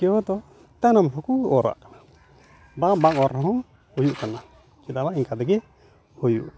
ᱠᱮᱣᱫᱚ ᱛᱟᱭᱱᱚᱢ ᱦᱚᱸᱠᱚ ᱚᱨᱟᱜ ᱠᱟᱱᱟ ᱵᱟ ᱵᱟᱝ ᱚᱨ ᱨᱮᱦᱚᱸ ᱦᱩᱭᱩᱜ ᱠᱟᱱᱟ ᱪᱮᱫᱟᱜ ᱵᱟᱝ ᱮᱱᱠᱟ ᱛᱮᱜᱮ ᱦᱩᱭᱩᱜᱼᱟ